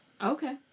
Okay